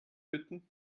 bitten